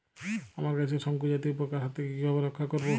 আমার গাছকে শঙ্কু জাতীয় পোকার হাত থেকে কিভাবে রক্ষা করব?